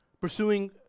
Pursuing